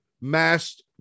masked